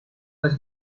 was